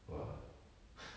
!wow!